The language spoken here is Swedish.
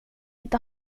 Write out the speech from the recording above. inte